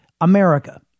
America